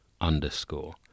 underscore